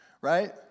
Right